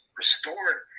restored